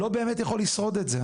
לא באמת יכול לשרוד את זה.